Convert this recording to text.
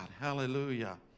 Hallelujah